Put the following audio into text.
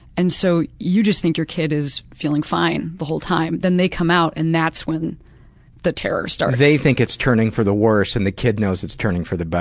and so you just think your kid is feeling fine the whole time. then they come out and that's when the terror starts. they think it's turning for the worse and the kid knows it's turning for the better.